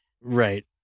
Right